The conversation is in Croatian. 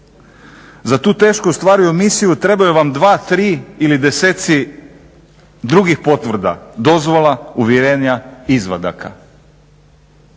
za tu teško ostvarivu misiju trebaju vam 2, 3 ili deseci drugih potvrda, dozvola, uvjerenja, izvadaka.